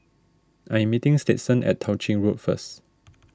I am meeting Stetson at Tao Ching Road first